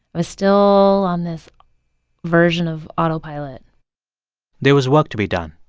was still on this version of autopilot there was work to be done.